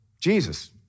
Jesus